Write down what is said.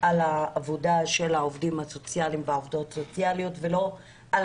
על העבודה של העובדים והעובדות הסוציאליות ולא על